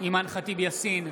אימאן ח'טיב יאסין,